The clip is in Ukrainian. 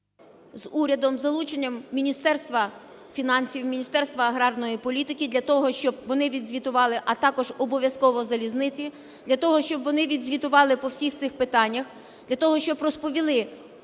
З урядом, з залученням Міністерства фінансів, Міністерства аграрної політики для того, щоб вони відзвітували, а також обов'язково залізниці, для того, щоб вони відзвітували по всіх цих питаннях, для того, щоб вони розповіли,